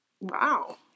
Wow